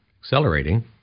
accelerating